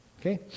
okay